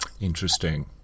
Interesting